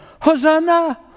Hosanna